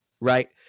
right